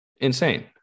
insane